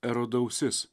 erodo ausis